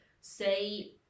say